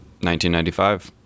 1995